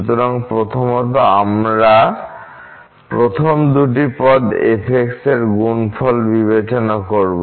সুতরাং প্রথমত আমরা প্রথম দুটি পদ f এর গুণফল বিবেচনা করব